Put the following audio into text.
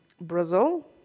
Brazil